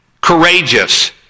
courageous